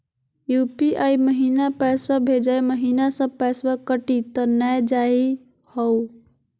UPI महिना पैसवा भेजै महिना सब पैसवा कटी त नै जाही हो?